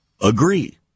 agree